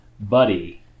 buddy